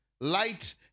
light